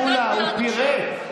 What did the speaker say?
חבר הכנסת מולה, הוא פירט.